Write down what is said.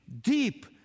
deep